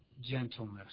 gentleness